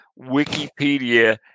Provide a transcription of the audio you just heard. Wikipedia